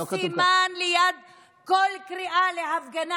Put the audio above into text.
לא כתוב כאן, תסתכל מה הסימן ליד כל קריאה להפגנה: